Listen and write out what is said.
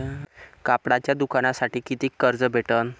कापडाच्या दुकानासाठी कितीक कर्ज भेटन?